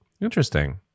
Interesting